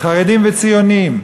חרדים וציונים,